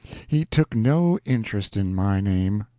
he took no interest in my name.